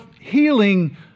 healing